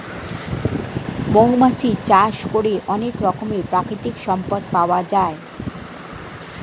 মৌমাছি চাষ করে অনেক রকমের প্রাকৃতিক সম্পদ পাওয়া যায়